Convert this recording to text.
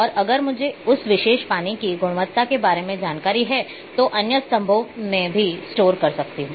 और अगर मुझे उस विशेष पानी की गुणवत्ता के बारे में जानकारी है तो मैं अन्य स्तंभों में भी स्टोर कर सकता हूं